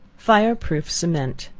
fire-proof cement.